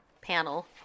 panel